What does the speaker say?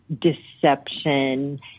deception